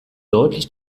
deutlich